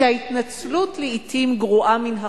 שההתנצלות לעתים גרועה מן החטא,